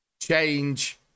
change